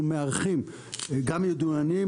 אנחנו מארחים גם ידועים,